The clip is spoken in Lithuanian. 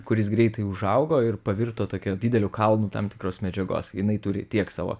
kuris greitai užaugo ir pavirto tokia dideliu kalnu tam tikros medžiagos jinai turi tiek savo